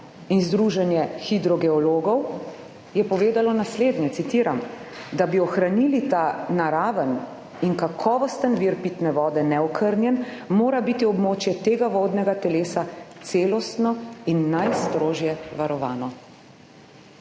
in Združenje hidrogeologov je povedalo naslednje, citiram: »Da bi ohranili ta naraven in kakovosten vir pitne vode neokrnjen, mora biti območje tega vodnega telesa celostno in najstrožje varovano.«